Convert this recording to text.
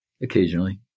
Occasionally